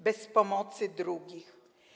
Bez pomocy drugich.